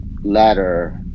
ladder